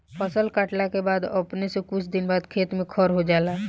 फसल काटला के बाद अपने से कुछ दिन बाद खेत में खर हो जाला